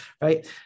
Right